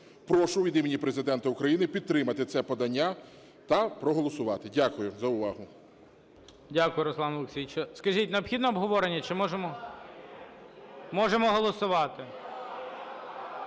Прошу від імені Президента України підтримати це подання та проголосувати. Дякую за увагу. ГОЛОВУЮЧИЙ. Дякую, Руслан Олексійович. Скажіть, необхідне обговорення, чи можемо... (Шум в залі) Можемо голосувати.